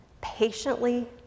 patiently